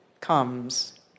comes